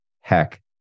heck